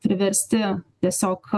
priversti tiesiog